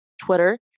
Twitter